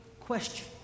question